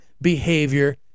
behavior